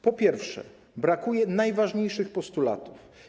Po pierwsze, brakuje najważniejszych postulatów.